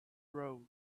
road